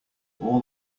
all